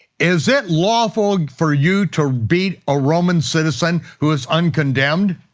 is it lawful for you to beat a roman citizen who is uncondemned?